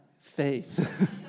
faith